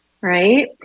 right